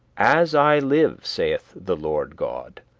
as i live, saith the lord god,